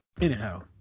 Anyhow